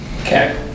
Okay